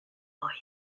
voice